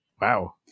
Wow